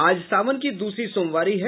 आज सावन की दूसरी सोमवारी है